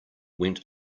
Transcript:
went